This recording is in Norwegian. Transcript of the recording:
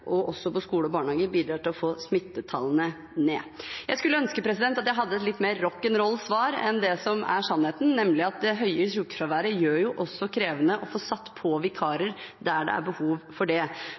også for skole og barnehage, bidrar til å få smittetallene ned. Jeg skulle ønske at jeg hadde et litt mer rock’n roll-svar enn det som er sannheten, nemlig at det høye sykefraværet også gjør det krevende å få satt på